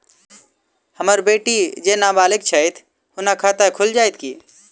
हम्मर बेटी जेँ नबालिग छथि हुनक खाता खुलि जाइत की?